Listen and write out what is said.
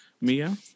Mia